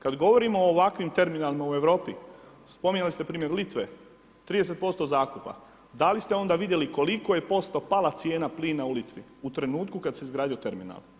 Kad govorimo o ovakvim terminalima u Europi, spominjali ste primjer Litve, 30% zakupa, da li ste onda vidjeli koliko je posto pala cijena plina u Litvi u trenutku kad se izgradio terminal?